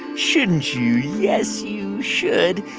shouldn't you? yes, you should.